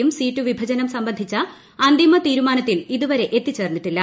യും സീറ്റുവിഭജനം സംബന്ധിച്ച അന്തിമ തീരുമാനത്തിൽ ഇതുവരെ എത്തിച്ചേർന്നിട്ടില്ല